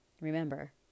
remember